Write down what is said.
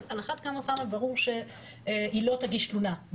אז אחת כמה וכמה ברור שהיא לא תגיש תלונה.